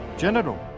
General